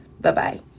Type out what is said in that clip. Bye-bye